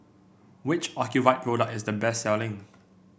which Ocuvite product is the best selling